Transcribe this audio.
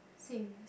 same